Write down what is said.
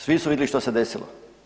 Svi su vidjeli što se desilo.